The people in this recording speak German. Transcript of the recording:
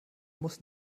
muss